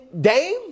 Dame